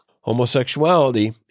Homosexuality